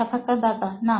সাক্ষাৎকারদাতা না